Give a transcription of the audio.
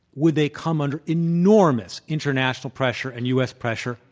would they come under enormous international pressure and u. s. pressure?